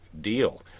deal